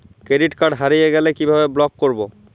Credit card হারিয়ে গেলে কি ভাবে ব্লক করবো?